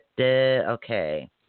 Okay